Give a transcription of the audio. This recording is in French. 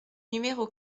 numéro